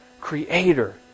Creator